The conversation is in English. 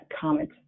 comment